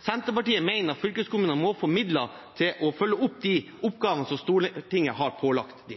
Senterpartiet mener at fylkeskommunene må få midler til å følge opp de oppgavene som Stortinget har pålagt